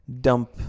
dump